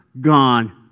gone